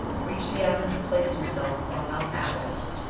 reached the island and placed himself on mount abas.